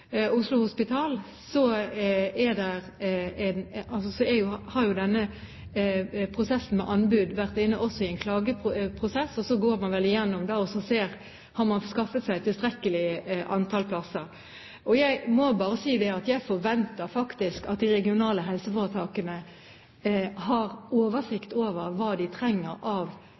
Oslo Hospital, har denne prosessen med anbud også vært gjenstand for en klageprosess. Så går man vel igjennom og ser om man har skaffet seg tilstrekkelig antall plasser. Jeg må bare si at jeg forventer faktisk at de regionale helseforetakene har oversikt over hva de trenger av